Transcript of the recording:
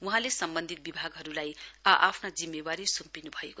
वहाँले सम्बन्धित विभागहरूलाई आ आफ्नो जिम्मेवारी सुम्पिन् भयो